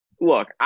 Look